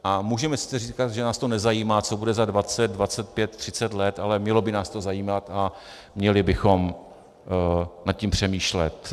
A můžeme sice říkat, že nás nezajímá, co bude za 20, 25, 30 let, ale mělo by nás to zajímat a měli bychom nad tím přemýšlet.